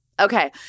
Okay